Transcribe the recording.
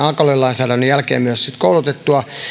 alkoholilainsäädännön jälkeen myös koulutettua